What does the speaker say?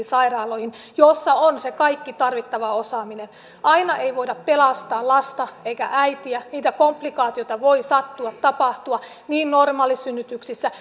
sairaaloihin joissa on se kaikki tarvittava osaaminen aina ei voida pelastaa lasta eikä äitiä niitä komplikaatioita voi sattua ja tapahtua niin normaalisynnytyksissä